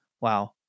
wow